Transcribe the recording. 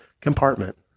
compartment